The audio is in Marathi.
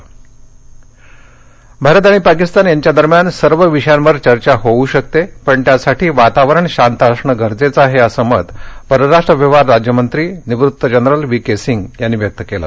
वी के सिंग भारत आणि पाकिस्तान यांच्या दरम्यान सर्व विषयांवर चर्चा होऊ शकते पण त्यासाठी वातावरण शांत असणं गरजेचं आहे असं मत परराष्ट्र व्यवहार राज्य मंत्री निवृत्त जनरल वी के सींग यांनी व्यक्त केलं